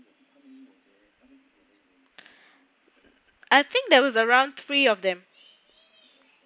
I think that was around three of them